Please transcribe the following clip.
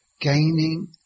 gaining